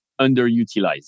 underutilized